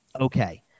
Okay